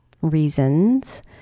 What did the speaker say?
reasons